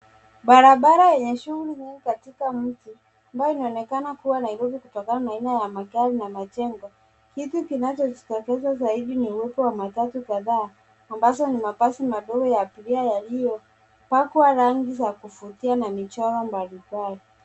Barabara yenye shughuli nyingi katika mji, ambayo inaonekana kuwa Nairobi kutokana na aina ya magari, na majengo. Kitu kinachojitokeza zaidi ni uwepo wa matatu kadhaa, ambazo ni mabasi madogo ya abiria yaliyopakwa rangi za kuvutia na michoro mbalimbali.